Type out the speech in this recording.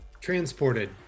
transported